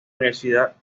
universidad